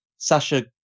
Sasha